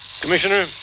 commissioner